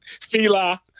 Fila